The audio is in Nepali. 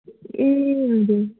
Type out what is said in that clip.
ए हजुर